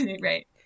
Right